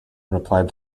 replied